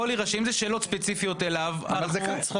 אם אלה שאלות ספציפיות אליו, הכול יירשם.